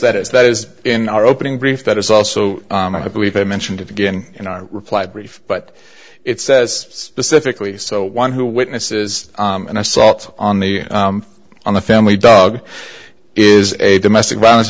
that is that is in our opening brief that is also i believe i mentioned again in our reply brief but it says specifically so one who witnesses and i saw it on the on the family dog is a domestic violence